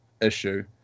issue